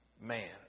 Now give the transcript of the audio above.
Man